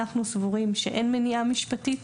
אנחנו סבורים שאין מניעה משפטית.